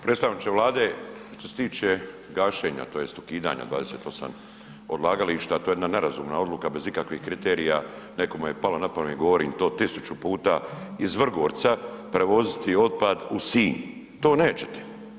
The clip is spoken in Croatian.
Predstavniče Vlade, što se tiče gašenja tj. ukidanja 28 odlagališta, to je jedna nerazumna odluka bez ikakvih kriterija, nekome je palo na pamet, govorim to 1000 puta, iz Vrgorca prevoziti otpad u Sinj, to nećete.